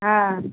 হ্যাঁ